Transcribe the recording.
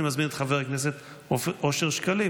של חבר הכנסת אופיר כץ,